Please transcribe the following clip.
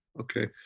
Okay